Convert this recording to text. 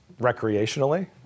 recreationally